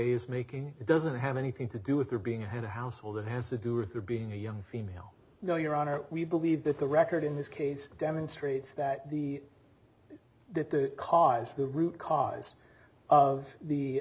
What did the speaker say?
is making it doesn't have anything to do with her being head of household it has to do with her being a young female no your honor we believe that the record in this case demonstrates that the that the cause the root cause of the